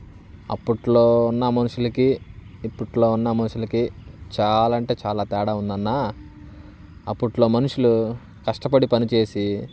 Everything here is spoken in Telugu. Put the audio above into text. అప్పట్లో ఉన్నా మనుషులకి ఇప్పట్లో ఉన్న మనుషులకి చాలా అంటే చాలా తేడా ఉందన్నా అప్పట్లో మనుషులు కష్టపడి పని చేసి